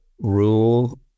rule